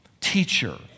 teacher